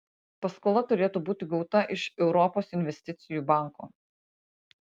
paskola turėtų būti gauta iš europos investicijų banko